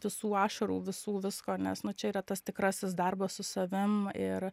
visų ašarų visų visko nes nu čia yra tas tikrasis darbas su savim ir